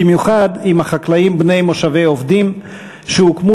במיוחד עם החקלאים בני מושבי עובדים שהוקמו